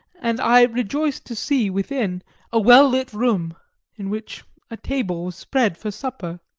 and i rejoiced to see within a well-lit room in which a table was spread for supper,